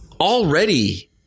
already